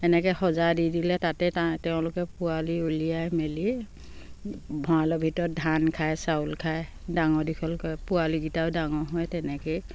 এনেকৈ সজা দি দিলে তাতে তেওঁলোকে পোৱালি উলিয়াই মেলি ভঁৰালৰ ভিতৰত ধান খায় চাউল খায় ডাঙৰ দীঘল কৰে পোৱালিকেইটাও ডাঙৰ হয় তেনেকৈয়ে